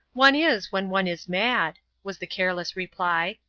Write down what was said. one is, when one is mad, was the careless reply,